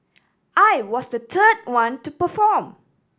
I was the third one to perform